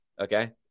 okay